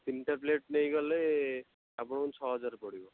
ତିନିଟା ପ୍ଲେଟ୍ ନେଇଗଲେ ଆପଣଙ୍କୁ ଛଅ ହଜାର ପଡ଼ିବ